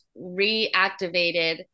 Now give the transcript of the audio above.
reactivated